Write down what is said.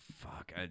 Fuck